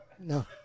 No